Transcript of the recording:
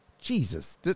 Jesus